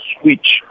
switch